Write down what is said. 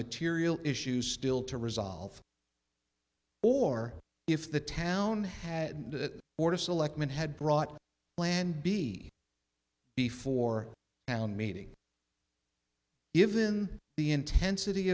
material issues still to resolve or if the town had that order selectman had brought plan b before an meeting given the intensity